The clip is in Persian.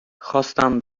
خواستم